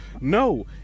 No